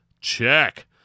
Check